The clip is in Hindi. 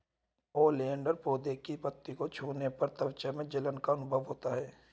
ओलियंडर पौधे की पत्तियों को छूने पर त्वचा में जलन का अनुभव होता है